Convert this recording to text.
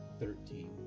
thirteen.